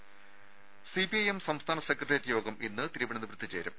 ദേഴ സിപിഐഎം സംസ്ഥാന സെക്രട്ടേറിയറ്റ് യോഗം ഇന്ന് തിരുവനന്തപുരത്ത് ചേരും